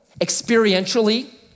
experientially